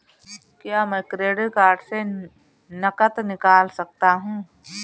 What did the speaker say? क्या मैं credit card से नकद निकाल सकता हूँ?